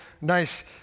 nice